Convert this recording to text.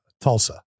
Tulsa